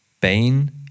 pain